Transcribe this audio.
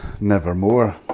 nevermore